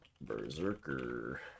Berserker